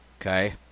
Okay